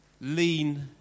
lean